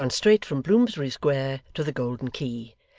had gone straight from bloomsbury square to the golden key,